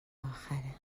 آخره